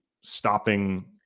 stopping